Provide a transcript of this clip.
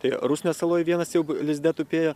tai rusnės saloj vienas jau lizde tupėjo